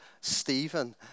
Stephen